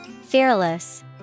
Fearless